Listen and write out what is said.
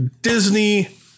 disney